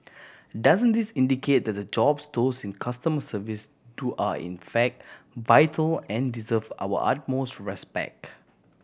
doesn't this indicate that the jobs those in customer service do are in fact vital and deserve our utmost respect